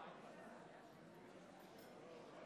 להלן